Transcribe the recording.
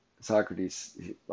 Socrates